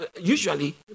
usually